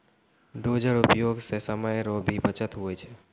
dozer उपयोग से समय रो भी बचत हुवै छै